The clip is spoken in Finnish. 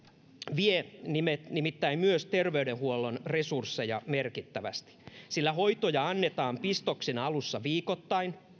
vie nimittäin nimittäin myös terveydenhuollon resursseja merkittävästi sillä hoitoja annetaan pistoksena alussa viikoittain